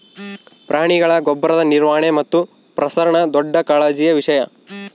ಪ್ರಾಣಿಗಳ ಗೊಬ್ಬರದ ನಿರ್ವಹಣೆ ಮತ್ತು ಪ್ರಸರಣ ದೊಡ್ಡ ಕಾಳಜಿಯ ವಿಷಯ